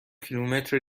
کیلومتر